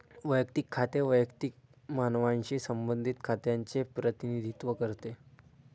वैयक्तिक खाते वैयक्तिक मानवांशी संबंधित खात्यांचे प्रतिनिधित्व करते